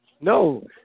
No